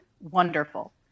wonderful